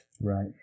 Right